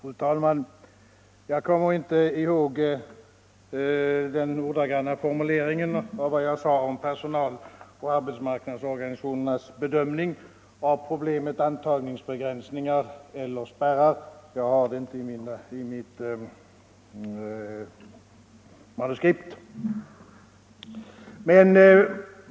Fru talman! Jag kommer inte ihåg den ordagranna formuleringen av vad jag sade om personaloch arbetsmarknadsorganisationernas bedömning av problemet antagningsbegränsningar eller spärrar — jag har det inte antecknat i mitt manuskript.